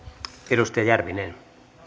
edustaja järvinen